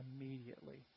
immediately